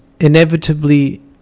Inevitably